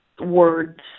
words